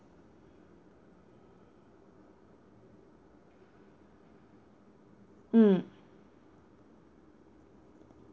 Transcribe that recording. mm